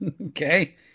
okay